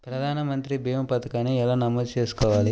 ప్రధాన మంత్రి భీమా పతకాన్ని ఎలా నమోదు చేసుకోవాలి?